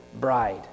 bride